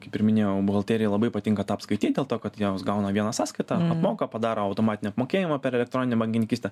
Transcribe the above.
kaip ir minėjau buhalterijai labai patinka tą apskaityt dėl to kad jos gauna vieną sąskaitą apmoka padaro automatinį apmokėjimą per elektroninę bankininkystę